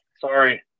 sorry